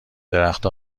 درخت